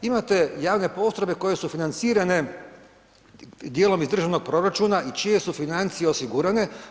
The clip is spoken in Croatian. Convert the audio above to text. Imate javne postrojbe koje su financirane djelom iz državnog proračuna i čije su financije osigurane.